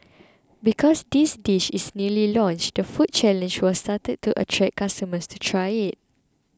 because this dish is newly launched the food challenge was started to attract customers to try it